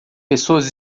pessoas